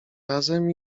razem